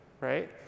right